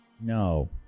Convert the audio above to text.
No